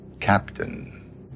Captain